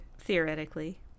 theoretically